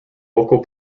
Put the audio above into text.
local